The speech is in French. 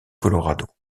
colorado